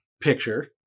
picture